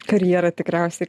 karjerą tikriausiai